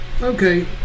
okay